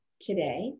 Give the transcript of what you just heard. today